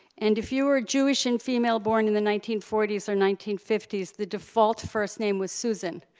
and if you were jewish and female born in the nineteen forty s or nineteen fifty s, the default first name was susan.